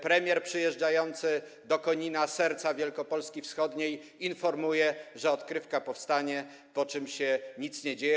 Premier przyjeżdżający do Konina, serca Wielkopolski wschodniej, informuje, że odkrywka powstanie, po czym nic się nie dzieje.